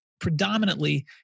predominantly